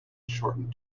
shortened